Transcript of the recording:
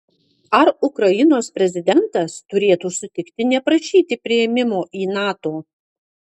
ar ukrainos prezidentas turėtų sutikti neprašyti priėmimo į nato